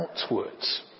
outwards